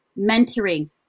mentoring